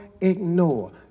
ignore